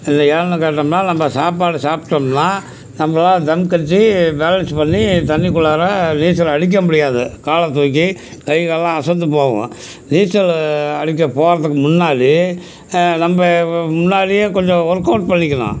இது ஏன்னு கேட்டோம்னா நம்ம சாப்பாடு சாப்பிட்டோம்னா நம்மளால தம் கட்டி பேலன்ஸ் பண்ணி தண்ணிக்குள்ளார நீச்சல் அடிக்க முடியாது காலைத் தூக்கி கை கால்லாம் அசந்து போகும் நீச்சல் அடிக்கப் போகிறதுக்கு முன்னாடி நம்ம முன்னாடியே கொஞ்சம் ஒர்க்அவுட் பண்ணிக்கணும்